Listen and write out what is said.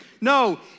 No